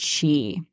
chi